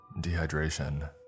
Dehydration